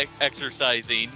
exercising